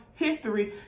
history